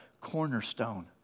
cornerstone